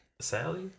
Sally